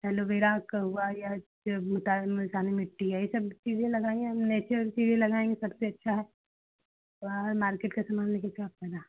aloe vera का हुआ या जो मुल्तानी मिट्टी है यह सब चीज़ें लगाइए अब नेचुरल चीज़ें लगाएँगी सबसे अच्छा है बाहर मार्केट का सामान लेकर क्या फ़ायदा